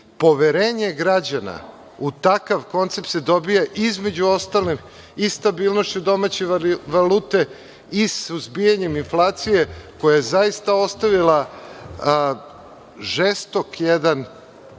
poverenje građana u takav koncept se dobija, između ostalog, i stabilnošću domaće valute i suzbijanjem inflacije koja je zaista ostavila žestok jedan